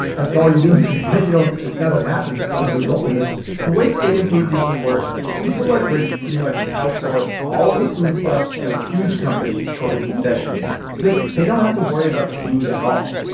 that's all you do is complain. you don't it's nothing happens as a result of it the way stadium food usually works is people like rich pretty much outsource all of the food stuff to a huge company called the concessionaire so that they don't have to worry about the food at all.